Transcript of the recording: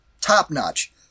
top-notch